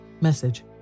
Message